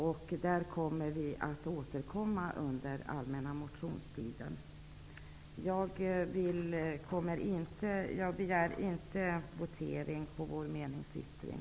Till detta avser vi att återkomma under allmänna motionstiden Jag kommer inte att begära votering om vår meningsyttring.